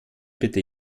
bitte